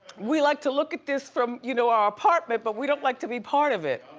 we like to look at this from, you know, our apartment, but we don't like to be part of it.